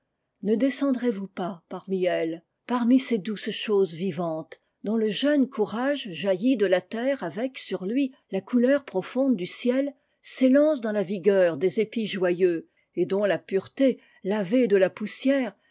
ne descendrez vous pas parmi elles parmi ces douces choses vivantes dont le jeune courage jailli de la terre avec sur lui la couleur profonde du ciel s'élance dans la vigueur des épis joyeux et dont la pureté lavée de la poussière